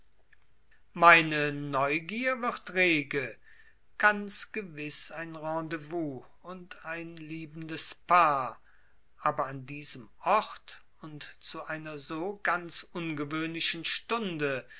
meine neugier wird rege ganz gewiß ein rendezvous und ein liebendes paar aber an diesem ort und zu einer so ganz ungewöhnlichen stunde